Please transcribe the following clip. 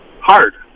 hard